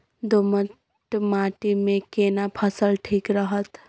दोमट माटी मे केना फसल ठीक रहत?